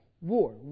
war